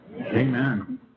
Amen